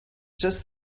just